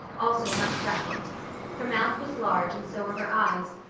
also much freckled her mouth was large and so were her eyes,